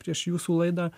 prieš jūsų laidą